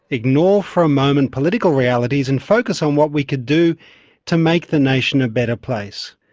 ignore for a moment political realities and focus on what we could do to make the nation a better place.